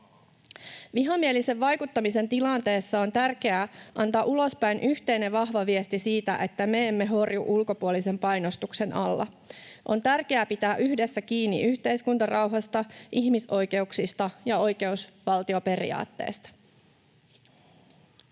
Vihamielisen vaikuttamisen tilanteessa on tärkeää antaa ulospäin yhteinen vahva viesti siitä, että me emme horju ulkopuolisen painostuksen alla. On tärkeää pitää yhdessä kiinni yhteiskuntarauhasta, ihmisoikeuksista ja oikeusvaltioperiaatteesta.